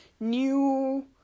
new